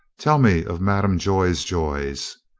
tell me of madame joy's joys.